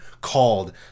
called